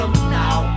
now